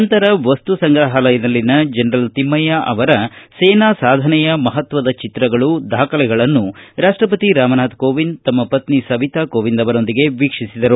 ನಂತರ ವಸ್ತು ಸಂಗ್ರಹಾಲಯದಲ್ಲಿನ ಜನರಲ್ ತಿಮ್ನಯ್ಯ ಅವರ ಸೇನಾ ಸಾಧನೆಯ ಮಹತ್ತದ ಚಿತ್ರಗಳು ದಾಖಲೆಗಳನ್ನು ರಾಷ್ಷಪತಿ ರಾಮನಾಥ್ ಕೋವಿಂದ್ ತಮ್ನ ಪತ್ರಿ ಸವಿತಾ ಕೋವಿಂದ್ ಅವರೊಂದಿಗೆ ವೀಕ್ಷಿಸಿದರು